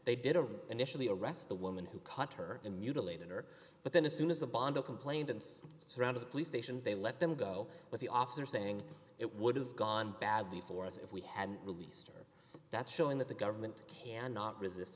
they didn't initially arrest the woman who caught her and mutilated her but then as soon as the bondo complained and surrounded the police station they let them go but the officer saying it would have gone badly for us if we had released or that showing that the government cannot resist